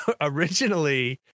originally